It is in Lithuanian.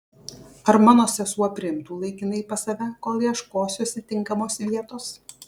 ar mano sesuo priimtų laikinai pas save kol ieškosiuosi tinkamos vietos